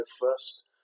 first